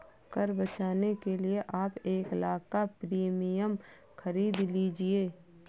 कर बचाने के लिए आप एक लाख़ का प्रीमियम खरीद लीजिए